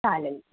चालेल